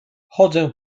chodzę